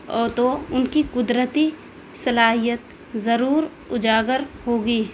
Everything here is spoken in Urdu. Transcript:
اور تو ان کی قدرتی صلاحیت ضرور اجاگر ہوگی